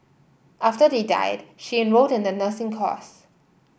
after they died she enrolled in the nursing course